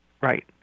Right